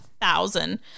thousand